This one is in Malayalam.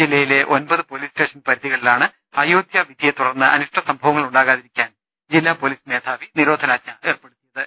ജില്ലയിലെ ഒൻപത് പൊലീസ് സ്റ്റേഷൻ പരിധികളിലാണ് അയോധ്യ വിധിയെ തുടർന്ന് അനിഷ്ട സംഭവങ്ങൾ ഉണ്ടാകാതിരിക്കാൻ ജില്ലാ പൊലീസ് മേധാവി നിരോധനാജ്ഞ ഏർപ്പെടുത്തിയത്